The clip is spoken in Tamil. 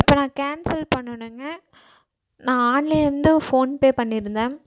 இப்போ நான் கேன்சல் பண்ணணுங்க நான் ஆன்லைன்லேருந்து ஃபோன்பே பண்ணியிருந்தேன்